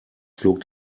flog